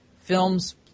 films